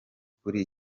kuri